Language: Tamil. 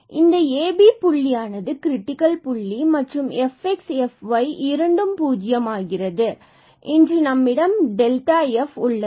fhfxabkfyab12h2fxx2hkfxyk2fkkab இந்த abபுள்ளியானது கிரிட்டிக்கல் புள்ளி மற்றும் இவை fxab and fyab இரண்டும் பூஜ்ஜியம் ஆகிறது மற்றும் நம்மிடம் f உள்ளது